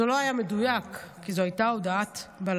זה לא היה מדויק, כי זו הייתה הודעת בלהות.